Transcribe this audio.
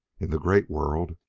in the great world,